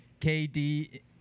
KD